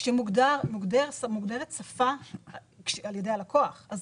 כשמוגדרת שפה על-ידי הלקוח אז